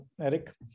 Eric